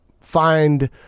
find